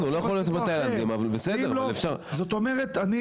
זאת אומרת, אני,